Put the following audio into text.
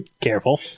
Careful